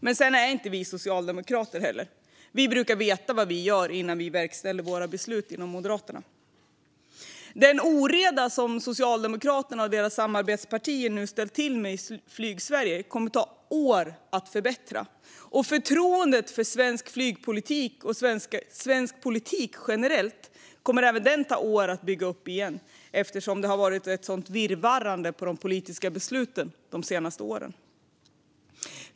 Men vi är ju inte socialdemokrater. Vi inom Moderaterna brukar veta vad vi gör innan vi verkställer våra beslut. Den oreda som Socialdemokraterna och deras samarbetspartier ställt till med i Flygsverige kommer att ta år att reda ut. Det kommer även att ta år att bygga upp förtroendet för svensk flygpolitik och svensk politik generellt igen, eftersom det har varit ett sådant virrvarr när det gäller de politiska besluten de senaste åren.